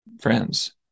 Friends